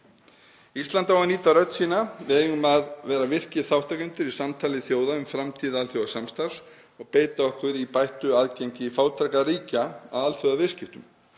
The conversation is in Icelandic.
Ísland á að nýta rödd sína. Við eigum að vera virkir þátttakendur í samtali þjóða um framtíð alþjóðasamstarfs og beita okkur í bættu aðgengi fátækra ríkja að alþjóðaviðskiptum.